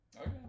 Okay